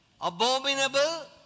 abominable